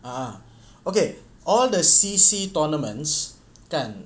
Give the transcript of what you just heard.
ah okay all the C_C tournaments then